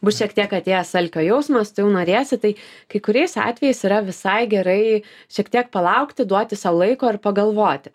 bus šiek tiek atėjęs alkio jausmas tu jau norėsi tai kai kuriais atvejais yra visai gerai šiek tiek palaukti duoti sau laiko ir pagalvoti